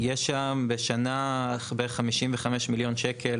יש שם בשנה בערך 55 מיליון ₪.